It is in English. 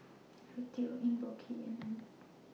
Eric Teo Eng Boh Kee and Lambert